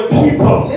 people